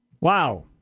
Wow